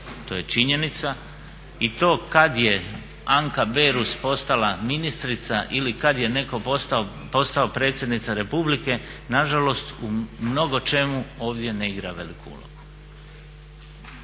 to je činjenica i to kad je Anka Berus postala ministrica ili kad je netko postao predsjednica Republike na žalost u mnogo čemu ovdje ne igra veliku ulogu.